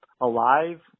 alive